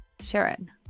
Sharon